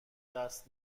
دست